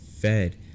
fed